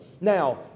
Now